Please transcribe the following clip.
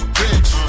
bitch